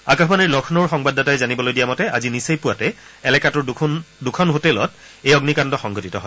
আকাশবাণীৰ লক্ষ্ণৌৰ সংবাদাদাতাই জানিবলৈ দিয়া মতে আজি নিচেই পুৱাতে এলেকাটোৰ দুখন হোটেলত এই অগ্নিকাণ্ড সংঘটিত হয়